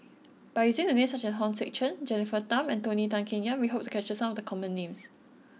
by using names such as Hong Sek Chern Jennifer Tham and Tony Tan Keng Yam we hope to capture some of the common names